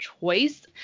choice